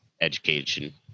education